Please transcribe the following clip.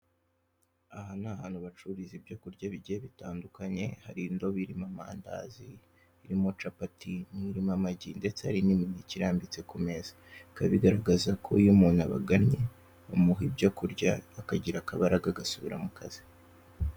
Aha ni ahantu bacururiza ibyo kurya bigiye bitandukanye, hari indobo irimo amandazi, irimo capati n'irimo amagi ndetse hari n'imineke irambitse ku meza. Bikaba bigaragaza ko iyo umuntu abagannye bamuha ibyo kurya akagira akabaraga agasubira mu kazi.